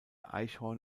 eichhorn